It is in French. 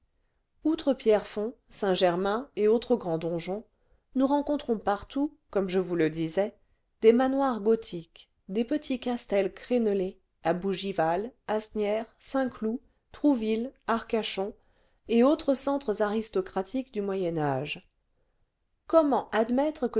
outre pierrefonds saint-germain et autres grands donjons nous rencontrons partout comme je vous le disais des manoirs gothiques des petits castels crénelés à bougival asnières saint-cloud trouvilie arcachon et autres centres aristocratiques du moyen âge comment admettre